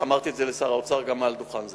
אמרתי את זה גם לשר האוצר מעל דוכן זה.